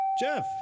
Jeff